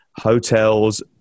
hotels